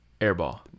Airball